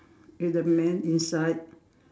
with the man inside